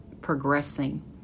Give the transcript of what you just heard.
progressing